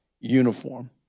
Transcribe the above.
uniform